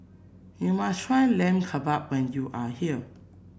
you must try Lamb Kebab when you are here